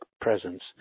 presence